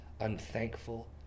unthankful